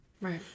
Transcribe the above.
right